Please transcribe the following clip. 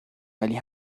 ولی